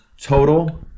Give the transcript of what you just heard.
total